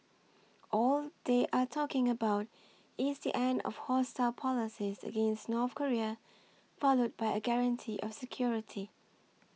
all they are talking about is the end of hostile policies against North Korea followed by a guarantee of security